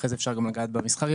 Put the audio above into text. אחרי זה אפשר גם לגעת במסחרי,